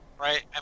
Right